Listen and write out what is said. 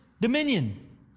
dominion